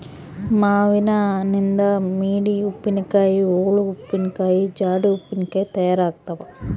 ಮಾವಿನನಿಂದ ಮಿಡಿ ಉಪ್ಪಿನಕಾಯಿ, ಓಳು ಉಪ್ಪಿನಕಾಯಿ, ಜಾಡಿ ಉಪ್ಪಿನಕಾಯಿ ತಯಾರಾಗ್ತಾವ